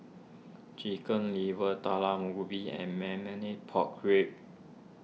Chicken Liver Talam Ubi and Marmite Pork Ribs